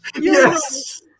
yes